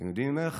אתם יודעים איך?